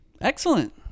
excellent